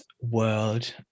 world